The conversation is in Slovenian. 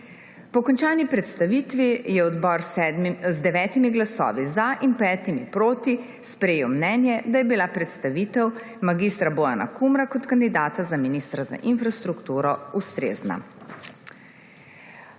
Po končani predstavitvi je odbor z 9 glasovi za in 5 proti sprejel mnenje, da je bila predstavitev mag. Bojana Kumra kot kandidata za ministra za infrastrukturo ustrezna.